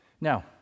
Now